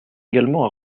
également